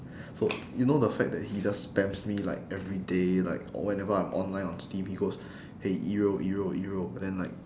so you know the fact that he just spams me like every day like or whenever I am online or on steam he goes !hey! yiro yiro yiro but then like